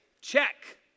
Check